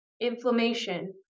inflammation